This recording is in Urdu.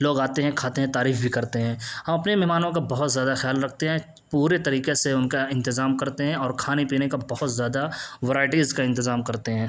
لوگ آتے ہیں کھاتے ہیں تعریف بھی کرتے ہیں ہم اپنے مہانوں کا بہت زیادہ خیال رکھتے ہیں پورے طریقے سے ان کا انتظام کرتے ہیں اور کھانے پینے کا بہت زیادہ ورائیٹیز کا انتطام کرتے ہیں